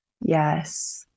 Yes